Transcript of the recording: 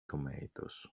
tomatoes